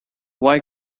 why